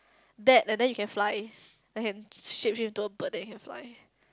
that and then you can fly I can shape shift into a bird and then can fly